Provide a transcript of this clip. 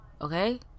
okay